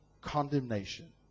condemnation